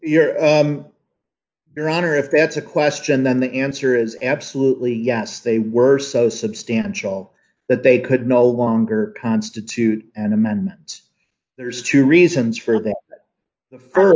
month your honor if that's a question then the answer is absolutely yes they were so substantial that they could no longer constitute an amendment there's two reasons for th